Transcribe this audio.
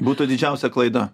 būtų didžiausia klaida